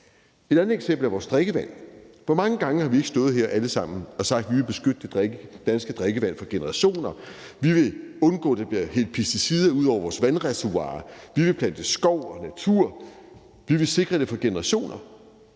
Et andet eksempel er vores drikkevand. Hvor mange gange har vi ikke stået her alle sammen og sagt, at vi vil beskytte det danske drikkevand for generationer, at vi vil undgå, at der bliver hældt pesticider ud over vores vandreservoirer, at vi vil plante skov og natur, og at vi vil sikre det for generationer?